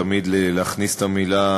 תמיד להכניס את המילה